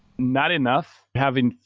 not enough. having,